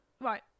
Right